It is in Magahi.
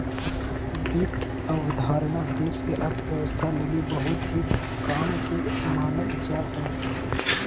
वित्त अवधारणा देश के अर्थव्यवस्था लगी बहुत ही काम के मानल जा हय